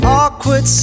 awkward